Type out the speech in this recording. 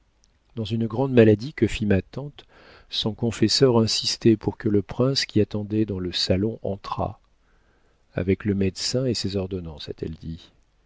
dans une grande maladie que fit ma tante son confesseur insistait pour que le prince qui attendait dans le salon entrât avec le médecin et ses ordonnances